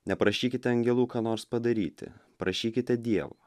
neprašykite angelų ką nors padaryti prašykite dievo